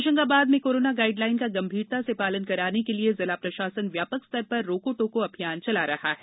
होशंगाबाद में corona guideline का गंभीरता से पालन कराने के लिए जिला प्रशासन व्यापक स्तर पर रोको टोको अभियान चला रहा है